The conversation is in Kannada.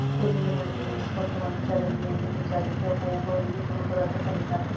ಕುರಿ ಹಿಂಡಗಳನ್ನ ಮೇಯಿಸ್ಕೊತ ಒಂದ್ ಜಾಗದಿಂದ ಇನ್ನೊಂದ್ ಜಾಗಕ್ಕ ಹೋಗೋರಿಗೆ ಕುರುಬರು ಅಂತ ಕರೇತಾರ